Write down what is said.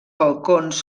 balcons